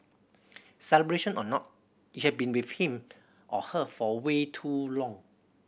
celebration or not you have been with him or her for way too long